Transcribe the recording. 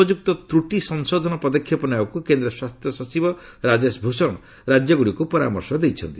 ଉପଯୁକ୍ତ ତ୍ରଟି ସଂଶୋଧନ ପଦକ୍ଷେପ ନେବାକୁ କେନ୍ଦ୍ର ସ୍ୱାସ୍ଥ୍ୟ ସଚିବ ରାଜେଶ ଭୂଷଣ ରାଜ୍ୟଗୁଡ଼ିକୁ ପରାମର୍ଶ ଦେଇଛନ୍ତି